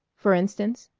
for instance?